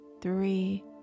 three